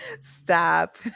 Stop